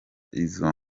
izo